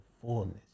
fullness